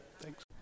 Thanks